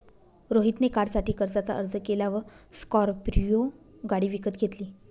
रोहित ने कारसाठी कर्जाचा अर्ज केला व स्कॉर्पियो गाडी विकत घेतली